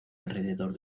alrededor